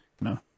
no